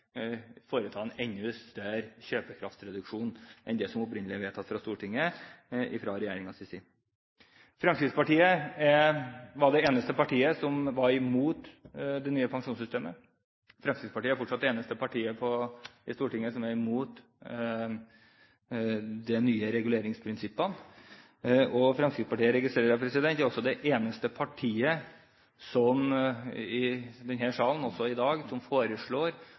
foreta en enda større kjøpekraftsreduksjon enn det som opprinnelig er vedtatt i Stortinget. Fremskrittspartiet var det eneste partiet som var imot det nye pensjonssystemet. Fremskrittspartiet er fortsatt det eneste partiet i Stortinget som er imot de nye reguleringsprinsippene. Og Fremskrittspartiet – registrerer jeg – er også det eneste partiet som i denne salen, også i dag, foreslår at alderspensjonistene skal få samme kjøpekraftsutvikling som